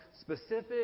specific